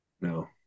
No